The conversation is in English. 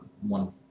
one